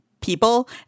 people